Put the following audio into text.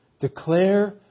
Declare